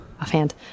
offhand